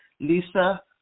Lisa